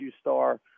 star